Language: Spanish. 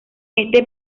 este